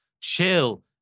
Chill